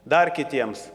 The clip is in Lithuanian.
dar kitiems